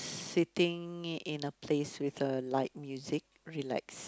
sitting in a place with uh light music relaxed